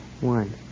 One